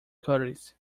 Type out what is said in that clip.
curtis